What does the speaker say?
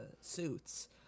suits